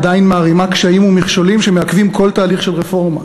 עדיין מערימה קשיים ומכשולים שמעכבים כל תהליך של רפורמה,